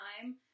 time